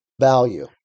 value